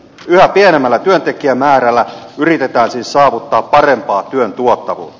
yhä pienemmällä työntekijämäärällä yritetään siis saavuttaa parempaa työn tuottavuutta